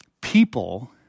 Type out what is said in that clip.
People